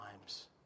times